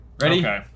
Ready